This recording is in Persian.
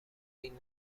این